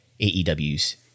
AEW's